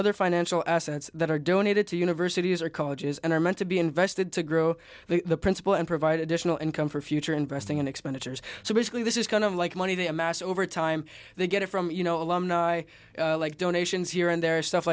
other financial assets that are donated to universities or colleges and are meant to be invested to grow the principal and provide additional income for future investing in expenditures so basically this is kind of like money they amass over time they get it from you know a lot no i like donations here and there stuff